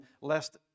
lest